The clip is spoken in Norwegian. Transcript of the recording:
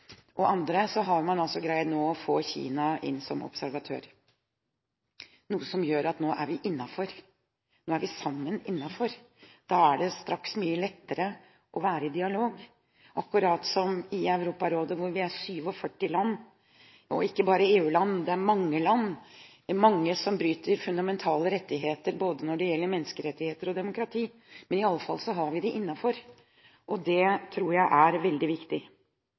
få Kina inn som observatør – noe som gjør at nå er vi innenfor. Nå er vi sammen innenfor. Da er det straks mye lettere å være i dialog – akkurat som i Europarådet. Der er vi 47 land, og ikke bare EU-land – det er mange land, og mange som bryter fundamentale rettigheter når det gjelder både menneskerettigheter og demokrati, men i alle fall har vi dem innenfor, og det tror jeg er veldig viktig.